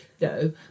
no